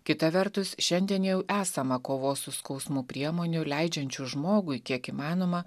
kita vertus šiandien jau esama kovos su skausmu priemonių leidžiančių žmogui kiek įmanoma